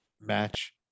match